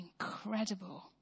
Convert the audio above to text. incredible